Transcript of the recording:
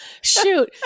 shoot